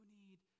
need